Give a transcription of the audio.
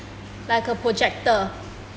like a projector